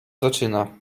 zaczyna